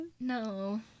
No